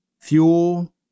fuel